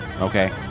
Okay